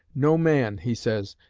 no man, he says,